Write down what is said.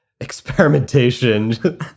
experimentation